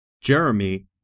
Jeremy